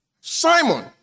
Simon